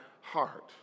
heart